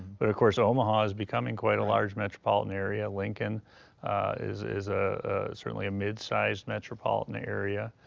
but of course omaha is becoming quite a large metropolitan area, lincoln is is ah certainly a mid-sized metropolitan area.